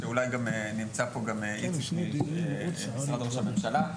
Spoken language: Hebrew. נמצא פה גם איציק ממשרד ראש הממשלה,